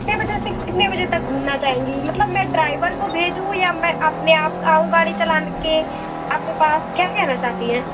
कितने बजे से कितने बजे तक घूमना चाहेंगी मतलब मैं ड्राइवर को भेजू या मैं अपने आप आऊँ गाड़ी चलाने के क्या कहना चाहती हैं